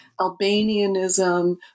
Albanianism